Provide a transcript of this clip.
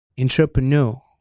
Entrepreneur